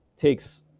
takes